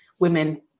women